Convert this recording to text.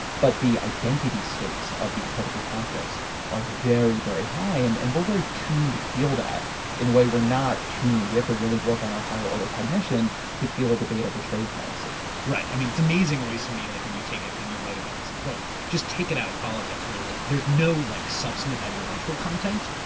but the identity stakes of these political conflicts are very, very high. and and we're very tuned to feel that in a way we're not tuned. we have to really work on our higher order cognition to feel a debate over trade policy. right. i mean it's amazing always, to me, like when you take it and you write about this in the book. just take it out of politics where there's like there's no like substantive ideological content,